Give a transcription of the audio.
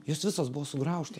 jos visos buvo sugraužtos